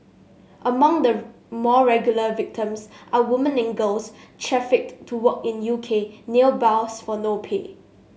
among the more regular victims are women and girls trafficked to work in U K nail bars for no pay